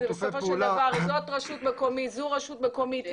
בסופו של דבר זו רשות מקומית, זו רשות מקומית.